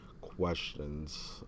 questions